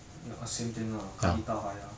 ya same thing lah kadita haya